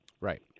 Right